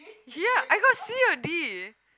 ya I got C or D